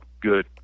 good